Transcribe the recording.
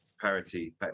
parity